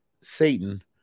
Satan